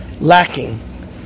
lacking